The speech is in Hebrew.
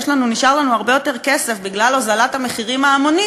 נשאר לנו הרבה יותר כסף בגלל הוזלת המחירים ההמונית,